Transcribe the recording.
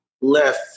left